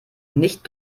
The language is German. nicht